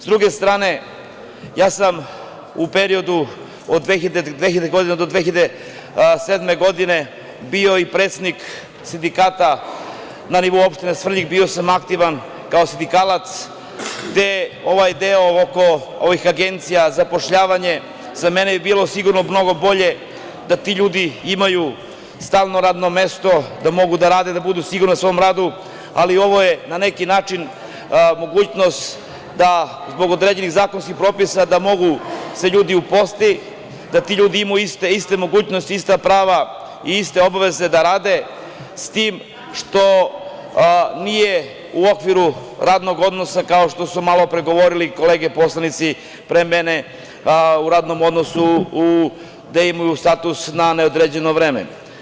S druge strane, ja sam u periodu od 2000. do 2007. godine, bio i predsednik sindikata na nivou opštine Svrljig, bio sam aktivan kao sindikalac, gde ovaj deo oko ovih agencija za zapošljavanje, za mene bi bilo sigurno mnogo bolje da ti ljudi imaju stalno radno mesto, da mogu da rade, da budu sigurni na svom radu, ali ovo je, na neki način, mogućnost da zbog određenih zakonskih propisa, da mogu se ljudi uposliti, da ti ljudi imaju iste mogućnosti, ista prava i iste obaveze da rade, s tim što nije u okviru radnog odnosa, kao što su malopre govorile kolege poslanici pre mene, u radnom odnosu gde imaju status na neodređeno vreme.